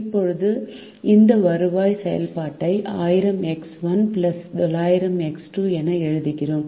இப்போது இந்த வருவாய் செயல்பாட்டை 1000 X1 900 X2 என எழுதுகிறோம்